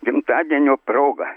gimtadienio proga